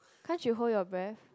can't you hold your breath